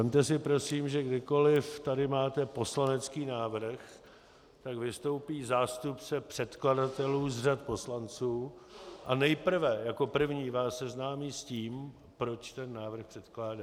Vezměte si prosím, že kdykoliv tady máte poslanecký návrh, tak vystoupí zástupce předkladatelů z řad poslanců a nejprve jako první vás seznámí s tím, proč ten návrh předkládá.